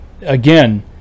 again